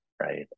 right